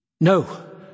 No